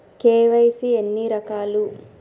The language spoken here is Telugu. కే.వై.సీ ఎన్ని రకాలు?